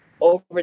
over